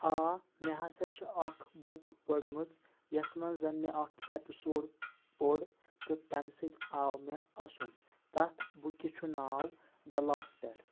آ مےٚ ہَسا چھِ اَکھ بُک پٔرمٕژ یَتھ منٛز زَن مےٚ اَکھ ایٚپِسوڈ پوٚر تہٕ تَمہِ سٕتۍ آو مےٚ اَسُن تَتھ بُکہِ چھُ ناو دَ لافٹَر